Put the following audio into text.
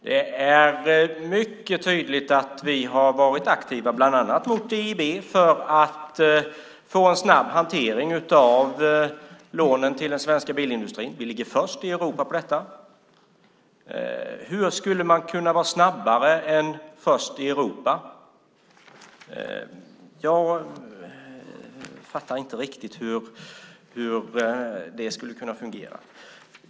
Det är mycket tydligt att vi har varit aktiva, bland annat mot EIB, för att få en snabb hantering av lånen till den svenska bilindustrin. Vi ligger först i Europa i fråga om detta. Hur skulle man kunna vara snabbare än först i Europa? Jag fattar inte riktigt hur det skulle kunna fungera.